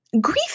Grief